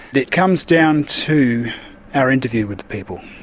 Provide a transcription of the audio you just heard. it comes down to our interview with the people.